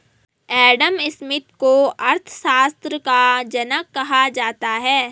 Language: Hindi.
एडम स्मिथ को अर्थशास्त्र का जनक कहा जाता है